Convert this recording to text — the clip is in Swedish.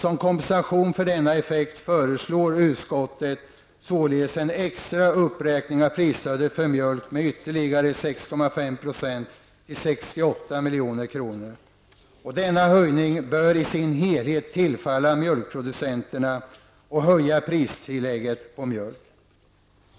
Som kompensation för denna effekt föreslår utskottet således en extra uppräkning av prisstödet för mjölk med ytterligare 6,5 % till 68 milj.kr. Denna höjning bör i sin helhet tillfalla mjölkproducenterna och höja pristillägget på mjölk.